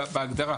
בהגדרה.